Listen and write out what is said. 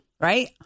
right